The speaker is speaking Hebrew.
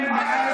גדעון